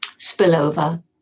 Spillover